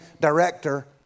director